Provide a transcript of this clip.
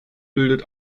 bildet